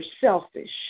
selfish